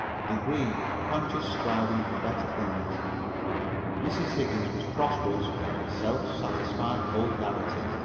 a degree of conscious striving for better things mrs. higgins was prosperous and self-satisfied vulgarity.